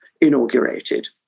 inaugurated